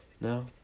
no